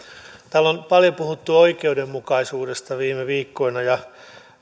täällä on paljon puhuttu oikeudenmukaisuudesta viime viikkoina ja